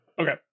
Okay